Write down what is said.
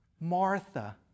Martha